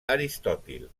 aristòtil